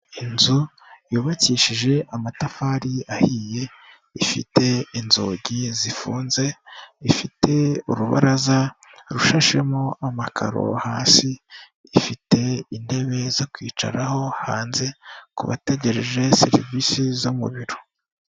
Inzu yubakishije amatafari ahiye, ifite inzugi zifunze, ifite urubaraza rushashemo amakaro hasi, ifite intebe zo kwicaraho hanze, ku bategereje serivisi zo mu biro.